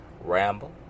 Ramble